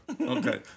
Okay